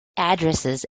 addresses